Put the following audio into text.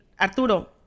Arturo